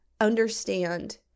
understand